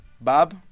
Bob